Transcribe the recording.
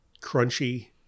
crunchy